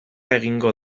egingo